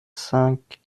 cinq